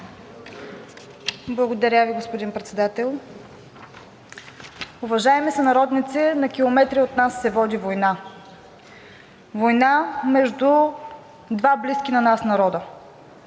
Благодаря Ви, господин Председател. Уважаеми сънародници! На километри от нас се води война, война между два близки на нас народи,